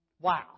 Wow